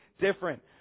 different